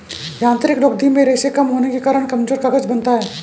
यांत्रिक लुगदी में रेशें कम होने के कारण कमजोर कागज बनता है